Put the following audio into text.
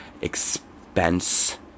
expense